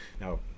Now